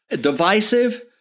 divisive